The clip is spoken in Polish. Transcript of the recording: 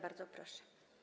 Bardzo proszę.